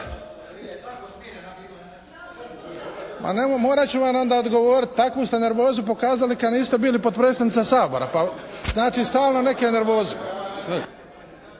Ma morat ću vam onda odgovoriti. Takvu ste nervozu pokazali kad niste bili potpredsjednica Sabora. Znači, stalno neke nervoze.